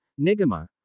Nigama